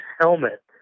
helmet